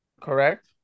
Correct